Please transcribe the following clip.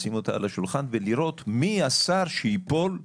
לשים אותה על השולחן ולראות מי השר שיפול ברשתם,